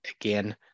again